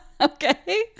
okay